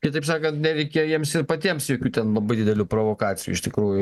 kitaip sakant nereikėjo jiems ir patiems jokių ten labai didelių provokacijų iš tikrųjų